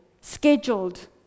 scheduled